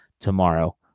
tomorrow